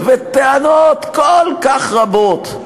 וטענות כל כך רבות.